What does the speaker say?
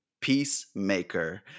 Peacemaker